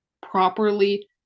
properly